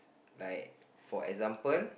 like for example